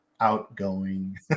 outgoing